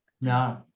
no